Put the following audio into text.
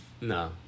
No